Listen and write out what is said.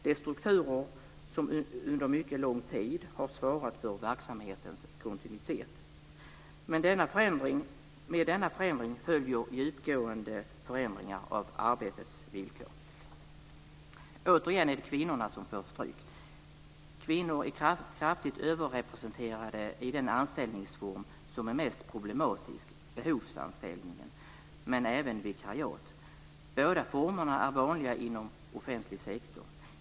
Det är strukturer som under mycket lång tid har svarat för verksamhetens kontinuitet. Med denna förändring följer också djupgående förändringar av arbetets villkor. Återigen är det kvinnorna som får ta stryk. Kvinnor är kraftigt överrepresenterade i den anställningsform som är mest problematisk - behovsanställningen - men även när det gäller vikariat. Båda formerna är vanliga inom offentlig sektor.